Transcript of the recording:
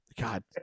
God